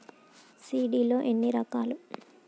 Seed లు ఎన్ని రకాలు?